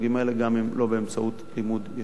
גם אם לא באמצעות לימוד ישיר.